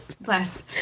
Bless